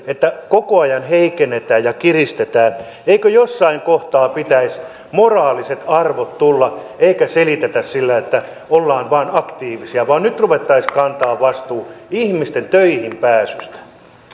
että koko ajan heikennetään ja kiristetään eikö jossain kohtaa pitäisi moraaliset arvot tulla eikä selitettäisi sillä että ollaan vain aktiivisia niin että nyt ruvettaisiin kantamaan vastuuta ihmisten töihinpääsystä